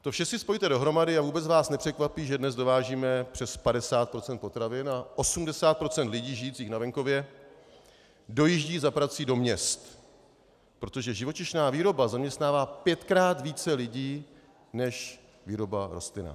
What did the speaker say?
To vše si spojte dohromady a vůbec vás nepřekvapí, že dnes dovážíme přes 50 procent potravin a 80 procent lidí žijících na venkově dojíždí za prací do měst, protože živočišná výroba zaměstnává pětkrát více lidí než výroba rostlinná.